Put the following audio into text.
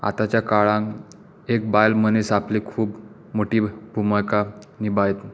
आताच्या काळांत एक बायल मनीस आपली खूब मोटी भुमीका निभायता